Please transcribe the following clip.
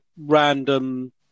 random